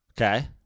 Okay